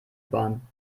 bahn